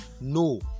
No